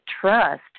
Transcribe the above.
trust